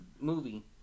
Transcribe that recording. movie